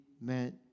meant